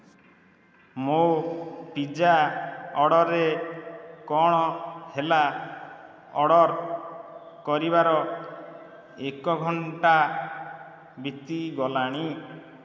ମୋ ପିଜା ଅର୍ଡ଼ରରେ କ'ଣ ହେଲା ଅର୍ଡ଼ର କରିବାର ଏକ ଘଣ୍ଟା ବିତିଗଲାଣି